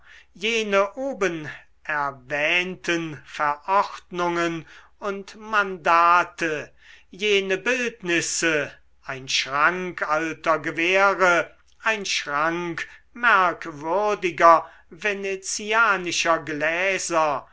jene oberwähnten verordnungen und mandate jene bildnisse ein schrank alter gewehre ein schrank merkwürdiger venezianischer gläser